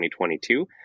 2022